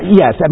yes